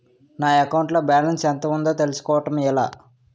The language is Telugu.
నా అకౌంట్ లో బాలన్స్ ఎంత ఉందో తెలుసుకోవటం ఎలా?